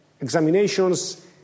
Examinations